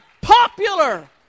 popular